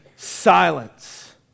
Silence